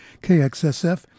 KXSF